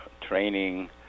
training